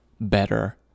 better